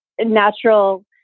Natural